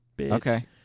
okay